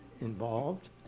involved